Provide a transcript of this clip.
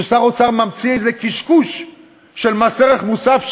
ששר האוצר ממציא איזה קשקוש של מס ערך מוסף,